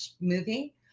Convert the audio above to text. movie